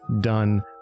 done